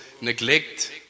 neglect